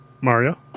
Mario